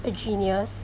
a genius